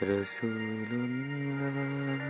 Rasulullah